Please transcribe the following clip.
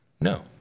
No